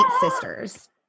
sisters